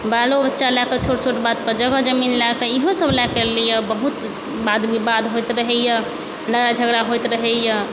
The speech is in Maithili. बालो बच्चा लए कऽ छोट छोट बात पर इहो सब लए कऽ बहुत वाद विवाद होइत रहैया लड़ाइ झगड़ा होइत रहैया